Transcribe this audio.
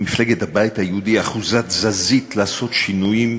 מפלגת הבית היהודי אחוזת תזזית לעשות שינויים,